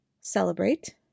celebrate